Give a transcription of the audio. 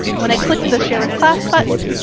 when i click the share with class button,